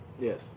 Yes